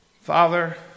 Father